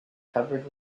covered